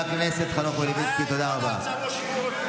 חבר הכנסת חנוך מלביצקי, תודה רבה.